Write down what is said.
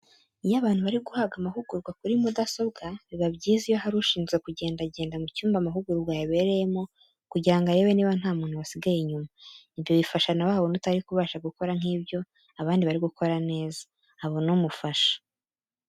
Iyo abantu bari guhabwa amahugurwa kuri mudasobwa, biba byiza iyo hari ushinzwe kugendagenda mu cyumba amahugurwa yabereyemo kugira ngo arebe niba nta muntu wasigaye inyuma. Ibyo bifasha na wa wundi utari kubasha gukora nk'ibyo abandi bari gukora neza abona umufasha.